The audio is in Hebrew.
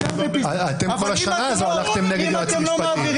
כל השנה הזאת הלכתם נגד יועצים משפטיים.